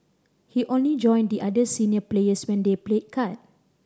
he only join the other senior players when they played card